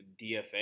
DFA